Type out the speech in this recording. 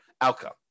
outcome